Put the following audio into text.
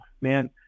man